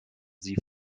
sie